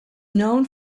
known